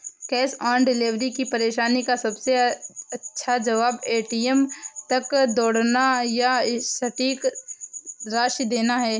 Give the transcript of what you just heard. cash on delivery की परेशानी का सबसे अच्छा जवाब, ए.टी.एम तक दौड़ना या सटीक राशि देना है